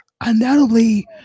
undoubtedly